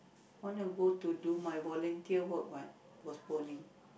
want to go to do my volunteer work what postponing